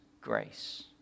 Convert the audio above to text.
grace